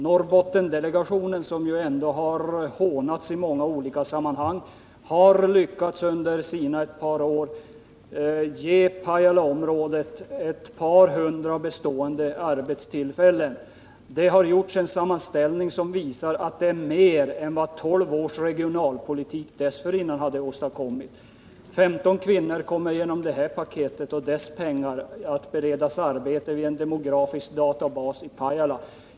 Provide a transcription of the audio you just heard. Norrbottensdelegationen, som har hånats i många olika sammanhang, har ändå under ett par år lyckats ge Pajalaområdet ett par hundra bestående arbetstillfällen. Det har gjorts en sammanställning som visar att det är mer än vad 12 års regionalpolitik dessförinnan hade åstadkommit. 15 kvinnor kommer genom det här paketet och dess pengar att beredas arbete vid en demografisk databas i Pajala.